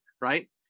right